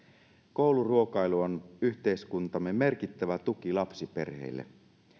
kouluruokailu on yhteiskuntamme merkittävä tuki lapsiperheille